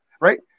right